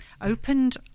Opened